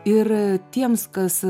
ir tiems kas